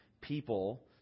people